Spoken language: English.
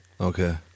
Okay